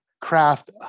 craft